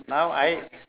now I